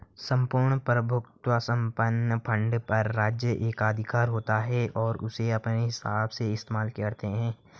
सम्पूर्ण प्रभुत्व संपन्न फंड पर राज्य एकाधिकार होता है और उसे अपने हिसाब से इस्तेमाल करता है